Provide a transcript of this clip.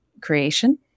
creation